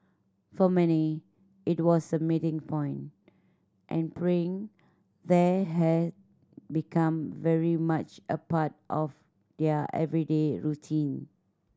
for many it was a meeting point and praying there had become very much a part of their everyday routine